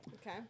Okay